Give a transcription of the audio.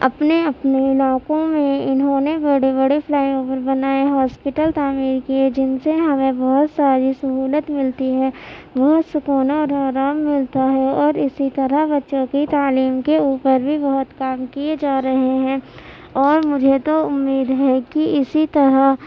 اپنے اپنے علاقوں میں انہوں نے بڑے بڑے فلائی اوور بنائے ہاسپٹل تعمیر کیے جن سے ہمیں بہت ساری سہولت ملتی ہے بہت سکون اور آرام ملتا ہے اور اسی طرح بچوں کی تعلیم کے اوپر بھی بہت کام کیے جا رہے ہیں اور مجھے تو امید ہے کہ اسی طرح